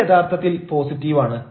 ഇത് യഥാർത്ഥത്തിൽ പോസിറ്റീവാണ്